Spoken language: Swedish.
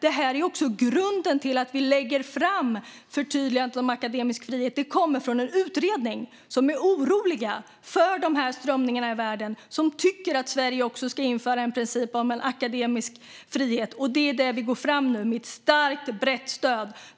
Det här är också grunden till att vi lägger fram förtydligandet om akademisk frihet. Det kommer från en utredning där man är orolig för de här strömningarna i världen och tycker att Sverige ska införa en princip om akademisk frihet. Det är det vi går fram med nu med starkt och brett stöd.